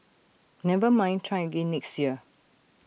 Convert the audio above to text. never mind try again next year